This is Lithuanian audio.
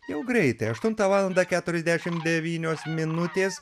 jau greitai aštuntą valandą keturiasdešim devynios minutės